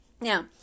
Now